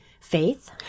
faith